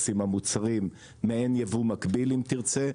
עם המוצרים מעין ייבוא מקביל אם תרצה.